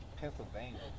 pennsylvania